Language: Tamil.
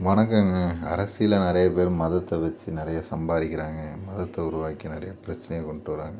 வணக்கங்க அரசியலில் நிறைய பேர் மதத்தை வெச்சு நிறைய சம்பாதிக்கறாங்க மதத்தை உருவாக்கி நிறைய பிரச்சினைய கொண்டு வராங்க